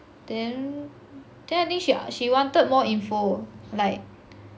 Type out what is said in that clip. then then I think a~ she wanted more info like